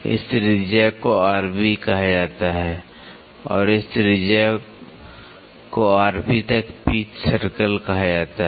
इस त्रिज्या को कहा जाता है और इस त्रिज्या को तक पिच सर्कल कहा जाता है